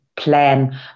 plan